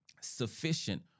sufficient